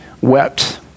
wept